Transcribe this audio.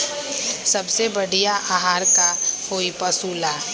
सबसे बढ़िया आहार का होई पशु ला?